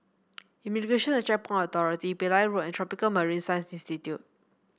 Immigration and Checkpoint Authority Pillai Road and Tropical Marine Science Institute